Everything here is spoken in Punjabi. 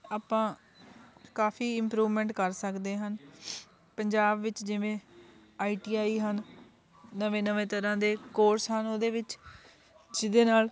ਆਪਾਂ ਕਾਫੀ ਇੰਪਰੂਵਮੈਂਟ ਕਰ ਸਕਦੇ ਹਾਂ ਪੰਜਾਬ ਵਿੱਚ ਜਿਵੇਂ ਆਈ ਟੀ ਆਈ ਹਨ ਨਵੇਂ ਨਵੇਂ ਤਰ੍ਹਾਂ ਦੇ ਕੋਰਸ ਹਨ ਉਹਦੇ ਵਿੱਚ ਜਿਹਦੇ ਨਾਲ